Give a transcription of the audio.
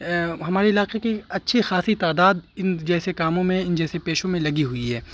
ہمارے علاقے کی اچھی خاصی تعداد ان جیسے کاموں میں ان جیسے پیشوں میں لگی ہوئی ہے